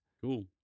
Cool